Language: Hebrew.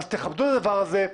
אז תכבדו את הדבר הזה,